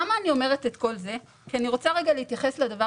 אני אומרת את כל זה כי אני רוצה להתייחס לדבר